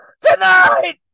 tonight